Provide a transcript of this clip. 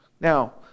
Now